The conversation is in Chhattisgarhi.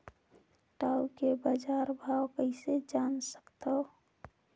टाऊ के बजार भाव कइसे जान सकथव?